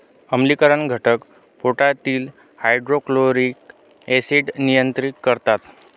आम्लीकरण घटक पोटातील हायड्रोक्लोरिक ऍसिड नियंत्रित करतात